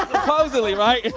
supposedly, right?